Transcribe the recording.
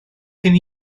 cyn